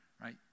right